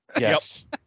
Yes